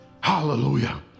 hallelujah